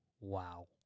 Wow